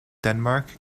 denmark